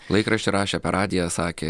laikrašty rašė per radiją sakė